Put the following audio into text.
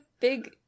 big